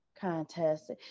contest